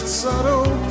subtle